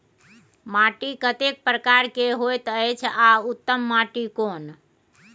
माटी कतेक प्रकार के होयत अछि आ उत्तम माटी कोन?